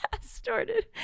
started